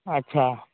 अच्छा